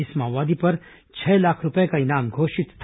इस माओवादी पर छह लाख रूपये का इनाम घोषित था